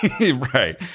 Right